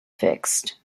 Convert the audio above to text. fixed